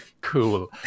cool